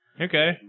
Okay